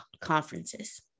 conferences